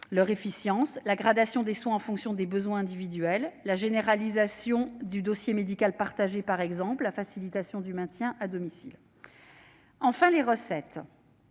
des soins, leur gradation en fonction des besoins individuels, la généralisation du dossier médical partagé et la facilitation du maintien à domicile. Enfin, les recettes